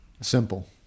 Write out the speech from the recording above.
Simple